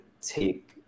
take